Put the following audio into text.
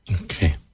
Okay